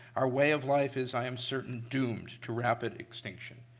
our way of life is i'm certain doomed to rapid extinction.